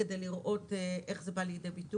כדי לראות איך זה בא לידי ביטוי.